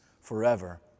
forever